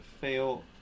fail